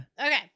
okay